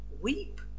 weep